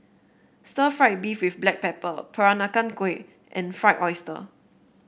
Stir Fried Beef with Black Pepper Peranakan Kueh and Fried Oyster